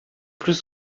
plus